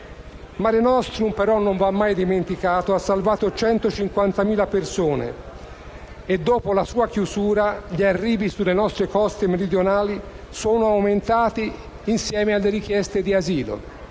Mare nostrum ha salvato 150.000 persone e dopo la sua chiusura gli arrivi sulle nostre coste meridionali sono aumentati insieme alle richieste di asilo.